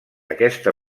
aquesta